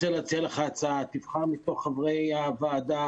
תבחר מתוך חברי הוועדה,